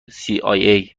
cia